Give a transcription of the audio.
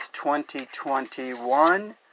2021